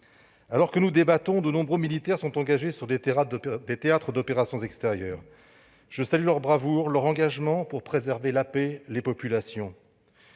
Alors que nous débattons, de nombreux militaires sont engagés sur des théâtres d'opérations extérieurs. Je salue leur bravoure, leur engagement pour préserver la paix et les populations.